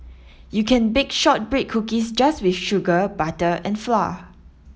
you can bake shortbread cookies just with sugar butter and flour